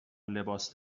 لباس